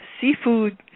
Seafood